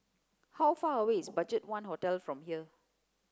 how far away is BudgetOne Hotel from here